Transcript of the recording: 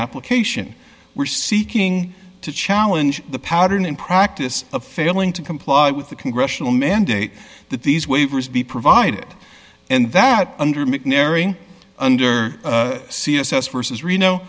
application we're seeking to challenge the pattern in practice of failing to comply with the congressional mandate that these waivers be provided and that under mcnairy under c s s versus reno